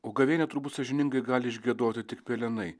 o gavėnią turbūt sąžiningai gali išgiedoti tik pelenai